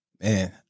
man